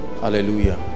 hallelujah